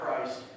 Christ